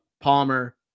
Palmer